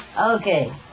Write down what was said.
Okay